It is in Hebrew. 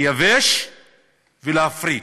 לייבש ולהפריט.